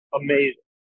amazing